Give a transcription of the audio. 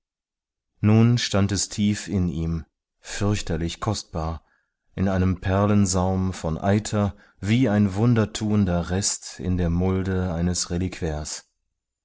nun stand es tief in ihm fürchterlich kostbar in einem perlensaum von eiter wie ein wundertuender rest in der mulde eines reliquärs